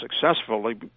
successfully